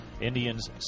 Indians